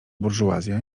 burżuazja